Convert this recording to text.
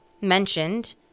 mentioned